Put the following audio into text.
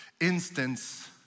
instance